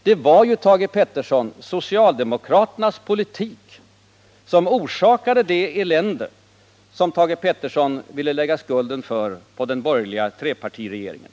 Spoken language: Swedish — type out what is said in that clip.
Det var ju, Thage Peterson, socialdemokraternas politik som orsakade det elände som Thage Peterson vill lägga skulden för på den borgerliga trepartiregeringen.